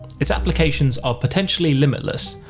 its applications are potentially limitless,